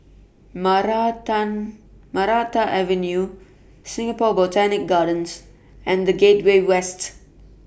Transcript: Maranta Maranta Avenue Singapore Botanic Gardens and The Gateway West